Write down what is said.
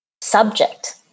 subject